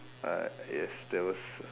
uh yes that was